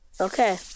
Okay